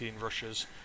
rushes